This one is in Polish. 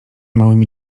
małymi